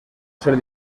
ser